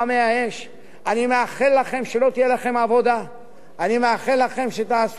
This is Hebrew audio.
אני מאחל לכם שתעשו את כל הנדרש כדי למנוע שרפות ודלקות.